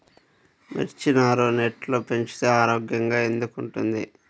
మిర్చి నారు నెట్లో పెంచితే ఆరోగ్యంగా ఎందుకు ఉంటుంది?